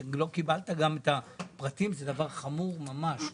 שלא קיבלת גם את הפרטים זה דבר חמור ממש.